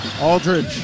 Aldridge